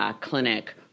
clinic